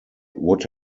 would